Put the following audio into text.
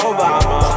Obama